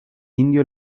indio